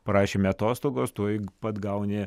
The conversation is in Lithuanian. prašėme atostogos tuoj pat gauni